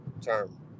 term